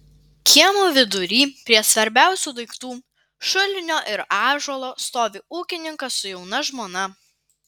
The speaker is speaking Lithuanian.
kiemo vidury prie svarbiausių daiktų šulinio ir ąžuolo stovi ūkininkas su jauna žmona